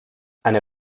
eine